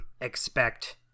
expect